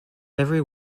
every